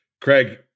Craig